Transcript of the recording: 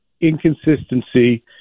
inconsistency